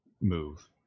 move